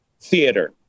theater